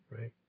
Right